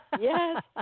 Yes